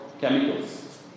chemicals